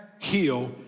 heal